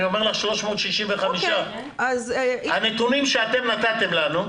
אני אומר לך 365. הנתונים שאתם נתתם לנו,